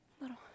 Little